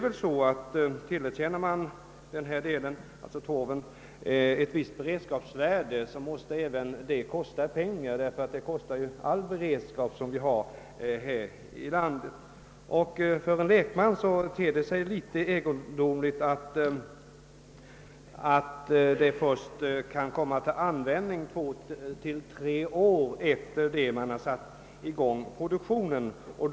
Men tillerkänner man torven ett visst beredskapsvärde, måste även denna beredskap kosta pengar, ty det gör all beredskap vi har här i landet. För en lekman ter det sig litet egendomligt att torven kan komma till användning först 2—3 år efter det att produktionen satts i gång.